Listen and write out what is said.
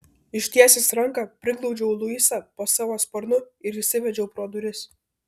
ištiesęs ranką priglaudžiau luisą po savo sparnu ir įsivedžiau pro duris